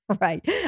Right